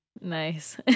Nice